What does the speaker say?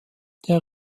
der